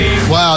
Wow